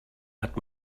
hat